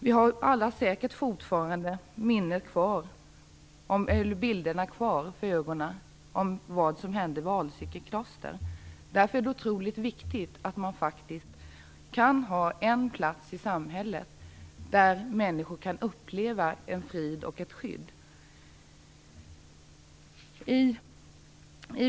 Vi har alla säkert bilderna kvar för ögonen av vad som hände vid Alsike kloster. Därför är det otroligt viktigt att det faktiskt finns en plats i samhället där människor kan uppleva en frid och ett skydd.